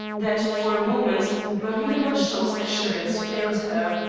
that for a moment marie le marchant's assurance failed her.